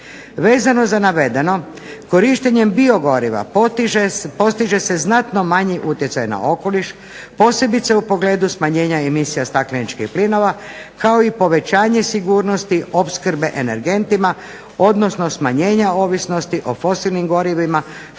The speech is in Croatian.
Vezano za navedeno korištenjem biogoriva postiže se znatno manji utjecaj na okoliš posebice u pogledu smanjenja emisija stakleničkih plinova kao i povećanje sigurnosti opskrbe energentima odnosno smanjenja ovisnosti o fosilnim gorivima